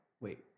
Wait